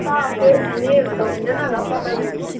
बा फेड हुनेहरू त हुँदैन होला कलरहरू